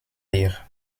rire